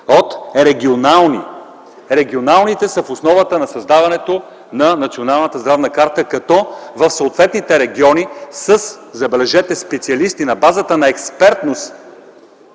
от регионални. Регионалните са в основата на създаването на Националната здравна карта, като в съответните региони със специалисти, на базата на експертност,